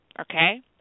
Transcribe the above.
Okay